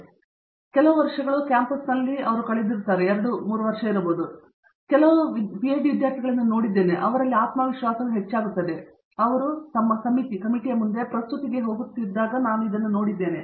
ಕಳೆದ ಕೆಲವು ವರ್ಷಗಳು ಕ್ಯಾಂಪಸ್ನಲ್ಲಿ ನಾವು ಕಳೆದ ಎರಡು ವರ್ಷಗಳು ಇರಬಹುದು ನಾನು ವಿಶಿಷ್ಟವಾದ ಪಿಎಚ್ಡಿ ವಿದ್ಯಾರ್ಥಿಗಳನ್ನು ನೋಡುತ್ತಿದ್ದೇನೆ ಅಲ್ಲಿ ಆತ್ಮವಿಶ್ವಾಸವು ಹೆಚ್ಚಾಗುತ್ತದೆ ಮತ್ತು ಅವರು ತಮ್ಮ ಸಮಿತಿಯ ಮುಂದೆ ಪ್ರಸ್ತುತಿಗೆ ಹೋಗುತ್ತಿರುವಾಗ ನಾನು ಇದನ್ನು ನೋಡಬಹುದು